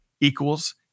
equals